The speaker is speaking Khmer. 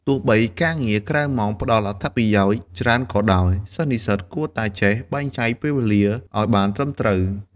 ទោះបីជាការងារក្រៅម៉ោងផ្ដល់អត្ថប្រយោជន៍ច្រើនក៏ដោយ សិស្សនិស្សិតគួរតែចេះបែងចែកពេលវេលាឱ្យបានត្រឹមត្រូវ។